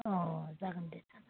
अह जागोन दे